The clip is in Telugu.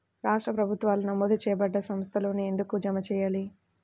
రాష్ట్ర ప్రభుత్వాలు నమోదు చేయబడ్డ సంస్థలలోనే ఎందుకు జమ చెయ్యాలి?